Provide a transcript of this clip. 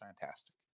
fantastic